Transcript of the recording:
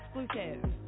Exclusive